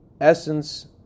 essence